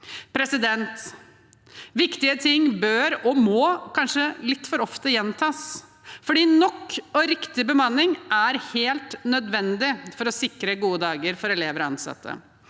også. Viktige ting bør og må kanskje gjentas litt for ofte, for nok og riktig bemanning er helt nødvendig for å sikre gode dager for elever og ansatte.